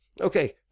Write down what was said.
okay